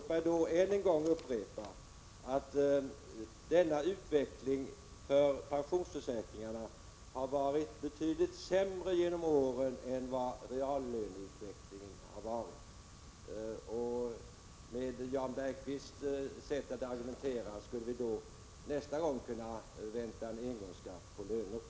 Låt mig då än en gång upprepa att denna utveckling för pensionsförsäkringarna har varit betydligt sämre genom åren än vad reallöneutvecklingen har varit. Med Jan Bergqvists sätt att argumentera skulle vi nästa gång kunna vänta oss en engångsskatt på löner.